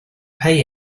pay